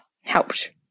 helped